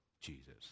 Jesus